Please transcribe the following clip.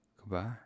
Goodbye